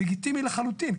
לגיטימי לחלוטין,